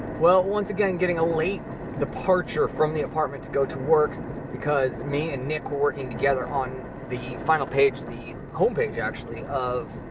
well, once again, getting a late departure from the apartment to go to work because me and nick were working together on the final page, the homepage actually, of